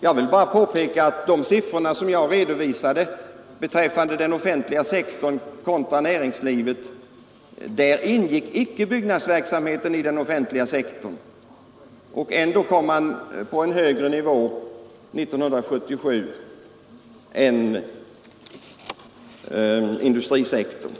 Jag vill bara påpeka att när det gäller de siffror jag redovisade beträffande den offentliga sektorn kontra näringslivet ingick icke byggnadsverksamheten i den offentliga sektorn, och ändå kom den offentliga sektorn upp på en högre nivå än industrisektorn år 1977